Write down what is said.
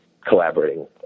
collaborating